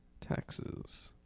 taxes